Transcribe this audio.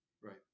Right